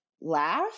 laugh